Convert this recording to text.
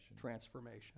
Transformation